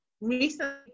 recently